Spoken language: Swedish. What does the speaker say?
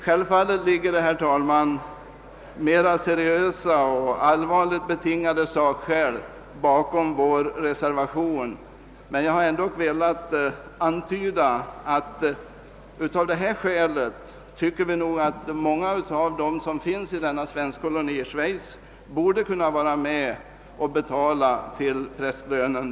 Självfallet ligger det mera seriöst betingade sakskäl bakom reservationen, men jag har ändå velat antyda att vi av den här orsaken nog tycker att många av dem som tillhör svenskkolonin. i Schweiz borde kunna vara med om att betala den här prästlönen.